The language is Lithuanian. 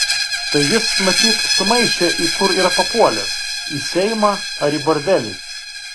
tai jis matyt sumaišė į kur yra papuolęs į seimą ar į bordelį